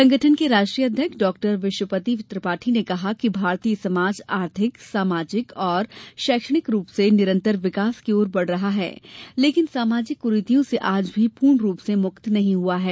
संगठन के राष्ट्रीय अध्यक्ष डाक्टर विश्वपति त्रिपाठी ने कहा कि भारतीय समाज आर्थिक सामाजिक और शैक्षणिक रूप से निरंतर विकास की ओर बढ़ रहा है लेकिन सामाजिक कुरीतियों से आज भी पूर्ण रूप से मुक्त नही हुआ है